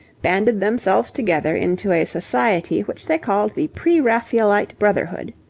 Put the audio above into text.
banded themselves together into a society which they called the pre-raphaelite brotherhood.